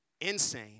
insane